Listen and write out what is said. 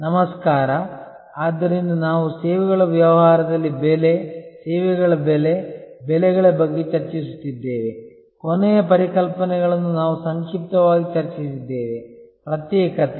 ನಮಸ್ಕಾರ ಆದ್ದರಿಂದ ನಾವು ಸೇವೆಗಳ ವ್ಯವಹಾರದಲ್ಲಿ ಬೆಲೆ ಸೇವೆಗಳ ಬೆಲೆ ಬೆಲೆಗಳ ಬಗ್ಗೆ ಚರ್ಚಿಸುತ್ತಿದ್ದೇವೆ ಕೊನೆಯ ಪರಿಕಲ್ಪನೆಗಳನ್ನು ನಾವು ಸಂಕ್ಷಿಪ್ತವಾಗಿ ಚರ್ಚಿಸಿದ್ದೇವೆ ಪ್ರತ್ಯೇಕತೆ